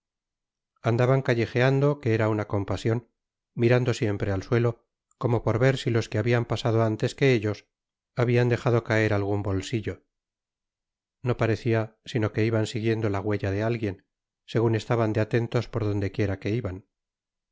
andaban callejeando que era una compasion mirando siempre al suelo como por ver si los que habian pasado antes que ellos habian dejado caer algun bolsillo no parecía sino que iban siguiendo la huella de alguien segun estaban de atentos por donde quiera que iban